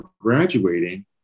graduating